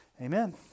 Amen